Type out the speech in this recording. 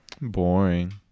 boring